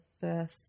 birth